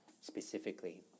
specifically